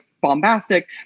bombastic